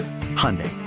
Hyundai